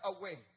away